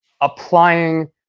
applying